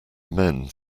men